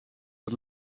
het